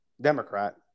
Democrat